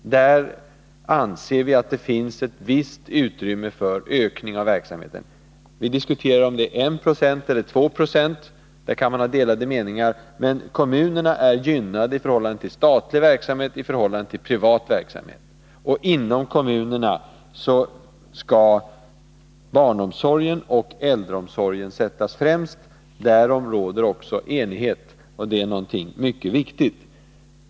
Där anser vi att det finns ett visst utrymme för ökning av verksamheten. Vi diskuterar om det är 1 90 eller 2 Yo —- där kan man ha delade meningar — men kommunerna är gynnade i förhållande till statlig verksamhet och i förhållande till privat verksamhet. Inom kommunerna skall barnomsorgen och äldreomsorgen sättas främst, därom råder också enighet. Det är någonting mycket viktigt.